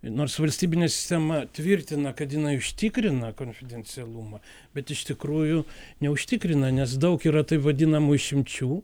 nors valstybinė sistema tvirtina kad jinai užtikrina konfidencialumą bet iš tikrųjų neužtikrina nes daug yra taip vadinamų išimčių